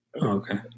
okay